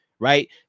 right